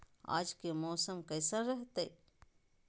आज के मौसम कैसन रहताई?